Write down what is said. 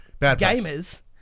gamers